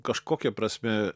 kažkokia prasme